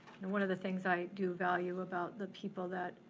and one of the things i do value about the people that